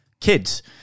kids